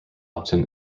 upton